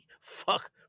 Fuck